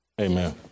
Amen